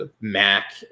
Mac